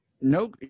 No